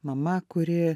mama kuri